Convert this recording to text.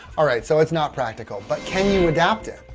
alright, so it's not practical but can you adapt it?